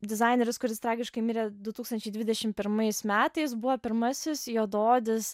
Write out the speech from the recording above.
dizaineris kuris tragiškai mirė du tūkstančiai dvidešim pirmais metais buvo pirmasis juodaodis